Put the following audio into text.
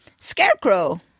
scarecrow